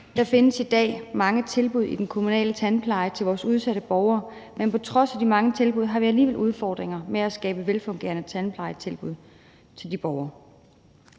Der findes i dag mange tilbud i den kommunale tandpleje til vores udsatte borgere, men på trods af de mange tilbud har vi alligevel udfordringer med at skabe velfungerende tandplejetilbud til de borgere.